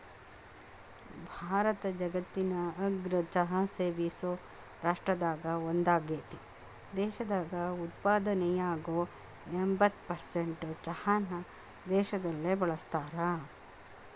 ಭಾರತ ಜಗತ್ತಿನ ಅಗ್ರ ಚಹಾ ಸೇವಿಸೋ ರಾಷ್ಟ್ರದಾಗ ಒಂದಾಗೇತಿ, ದೇಶದಾಗ ಉತ್ಪಾದನೆಯಾಗೋ ಎಂಬತ್ತ್ ಪರ್ಸೆಂಟ್ ಚಹಾನ ದೇಶದಲ್ಲೇ ಬಳಸ್ತಾರ